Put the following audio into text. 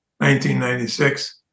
1996